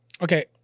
Okay